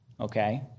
okay